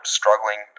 struggling